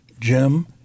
Jim